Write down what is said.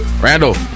Randall